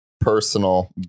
personal